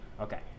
Okay